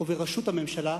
ובראשות הממשלה,